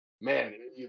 man